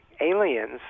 aliens